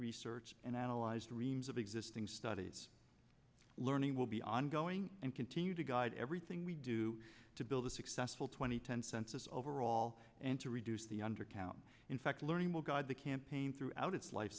research and analyzed reams of existing studies learning will be ongoing and continue to guide everything we do to build a successful two thousand and ten census overall and to reduce the undercount in fact learning will guide the campaign throughout its life